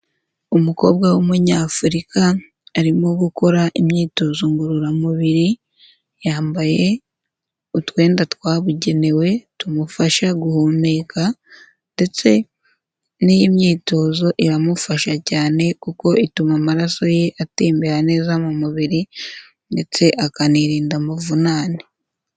Umukobwa w'Umunyafurika arimo gukora imyitozo ngororamubiri, yambaye utwenda twabugenewe tumufasha guhumeka ndetse n'imyitozo iramufasha cyane kuko ituma amaraso ye atembera neza mu mubiri ndetse akanirinda amavunane.